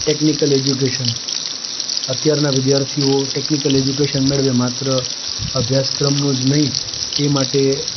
technical education અત્યારના વિદ્યાર્થીઓ technical education મેળવે માત્ર અભ્યાસક્રમનું જ નહીં તે માટે